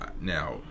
now